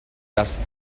das